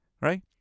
right